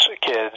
kids